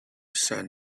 son